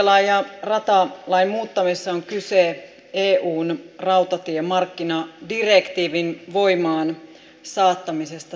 rautatielain ja ratalain muuttamisessa on kyse eun rautatiemarkkinadirektiivin voimaansaattamisesta suomessa